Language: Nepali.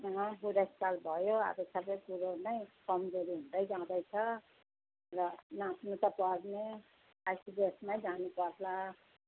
अँ बुढेसकाल भयो अब सबै कुरो नै कम्जोरी हुँदै जाँदैछ र नाप्नु त पर्ने आइसिडिएसमै जानुपर्ला